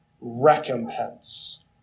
recompense